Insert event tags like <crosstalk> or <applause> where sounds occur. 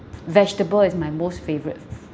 <breath> vegetable is my most favourite